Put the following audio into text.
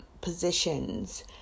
positions